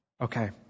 Okay